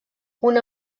una